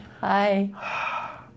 Hi